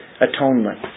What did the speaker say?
atonement